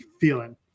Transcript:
feeling